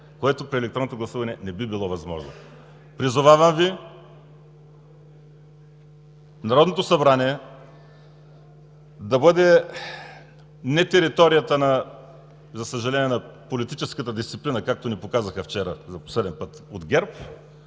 което при електронното гласуване не би било възможно. Призовавам Ви, Народното събрание да бъде не територията, за съжаление, на политическата дисциплина, както вчера за пореден път ни